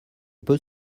peut